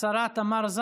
חבר הכנסת יואב קיש.